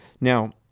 Now